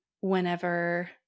whenever